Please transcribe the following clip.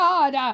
God